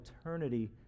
eternity